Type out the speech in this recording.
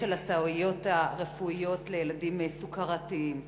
על הסייעות הרפואיות לילדים סוכרתיים.